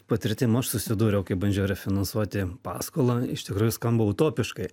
patirtim aš susidūriau kai bandžiau refinansuoti paskolą iš tikrųjų skamba utopiškai